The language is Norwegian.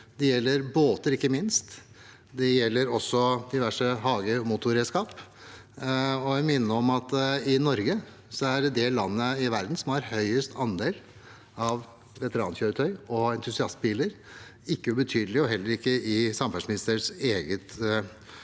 det gjelder båter, ikke minst, og det gjelder også diverse motorredskap for hage. Jeg vil minne om at Norge er det landet i verden som har høyest andel av veterankjøretøy og entusiastbiler. Det er ikke ubetydelig, heller ikke i samferdselsministerens eget